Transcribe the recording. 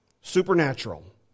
Supernatural